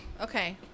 okay